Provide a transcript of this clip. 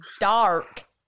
dark